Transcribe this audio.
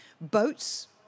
Boats